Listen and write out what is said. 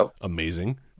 amazing